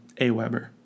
Aweber